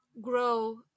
grow